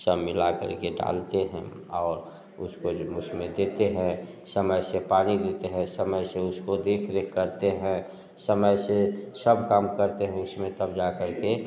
सब मिला करके डालते हैं और उसको जो उसमें देते हैं समय से पानी देते हैं समय से उसको देख रेख करते हैं समय से सब काम करते हैं उसमें तब जा कर के